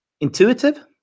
intuitive